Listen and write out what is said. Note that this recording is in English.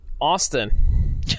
Austin